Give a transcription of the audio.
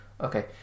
okay